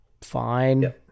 fine